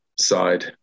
side